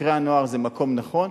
חוקרי הנוער זה מקום נכון.